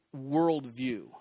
worldview